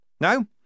No